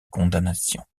condamnation